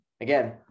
Again